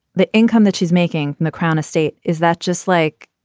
the income that she's making in the crown estate is that just like